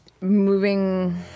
moving